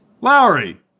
Lowry